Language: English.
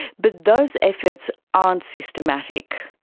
but those efforts aren't systematic.